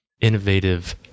innovative